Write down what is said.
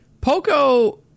Poco